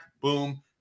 boom